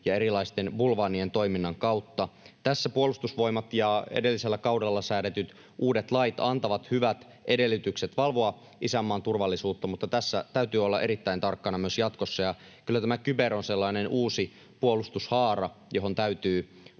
ja erilaisten bulvaanien toiminnan kautta. Tässä Puolustusvoimat ja edellisellä kaudella säädetyt uudet lait antavat hyvät edellytykset valvoa isänmaan turvallisuutta, mutta tässä täytyy olla erittäin tarkkana myös jatkossa. Ja kyllä tämä kyber on sellainen uusi puolustushaara, johon täytyy